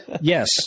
Yes